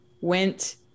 went